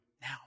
now